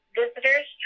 visitors